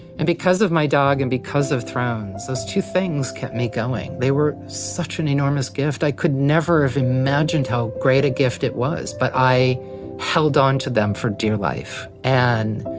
and because of my dog and because of thrones, those two things kept me going. they were such an enormous gift. i could never have imagined how great a gift it was but i held on to them for dear life, and,